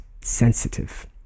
sensitive